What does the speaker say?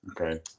Okay